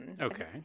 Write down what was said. Okay